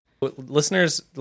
Listeners